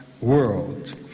world